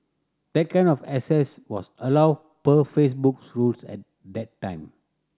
that kind of access was allowed per Facebook's rules at that time